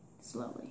slowly